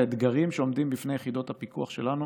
האתגרים שעומדים בפני יחידות הפיקוח שלנו